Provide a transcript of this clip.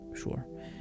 Sure